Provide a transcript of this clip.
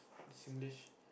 Singlish